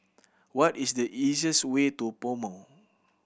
what is the easiest way to PoMo